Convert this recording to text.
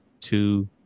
two